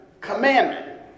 commandment